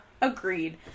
Agreed